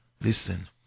listen